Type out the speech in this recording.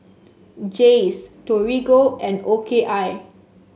Jays Torigo and O K I